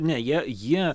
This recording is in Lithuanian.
ne jie jie